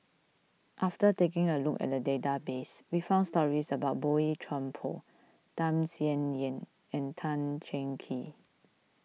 after taking a look at the database we found stories about Boey Chuan Poh Tham Sien Yen and Tan Cheng Kee